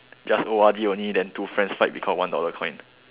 just O_R_D only then two friends fight because of one dollar coin